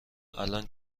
الان